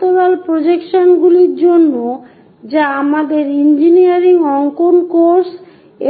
সমান্তরাল প্রজেকশনগুলির জন্য যা আমাদের ইঞ্জিনিয়ারিং অঙ্কন কোর্স